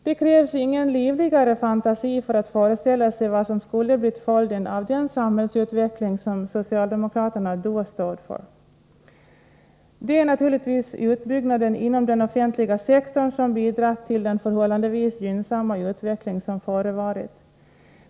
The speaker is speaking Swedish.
Det krävs ingen livligare fantasi för att föreställa sig vad som skulle ha blivit följden av den samhällsutveckling som socialdemokraterna då stod för. Det är naturligtvis utbyggnaden inom den offentliga sektorn som bidragit till den förhållandevis gynnsamma utveckling som förevarit.